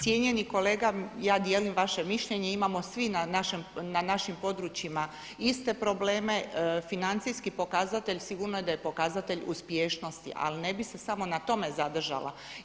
Cijenjeni kolega ja dijelim vaše mišljenje, imamo svi na našim područjima iste probleme, financijski pokazatelj sigurno da je pokazatelj uspješnosti ali ne bih se samo na tome zadržala.